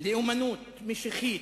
לאומנות משיחית,